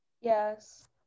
Yes